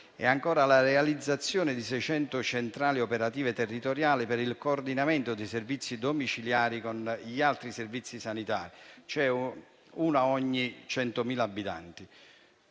e ancora la realizzazione di 600 centrali operative territoriali per il coordinamento dei servizi domiciliari con gli altri servizi sanitari (una ogni 100.000 abitanti),